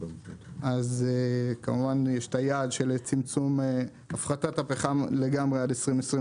אז כמובן יש את היעד של הפחתת הפחם לגמרי עד 2026,